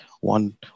one